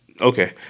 Okay